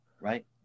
right